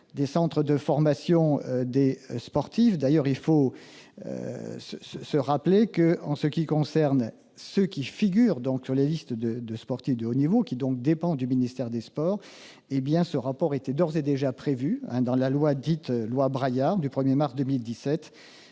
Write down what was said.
des centres de formation des sportifs. D'ailleurs, il faut rappeler que, pour ceux qui figurent sur la liste des sportifs de haut niveau, qui dépend du ministère des sports, ce rapport était d'ores et déjà prévu dans la loi dite « Braillard » du 1mars 2017